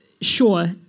sure